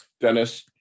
Dennis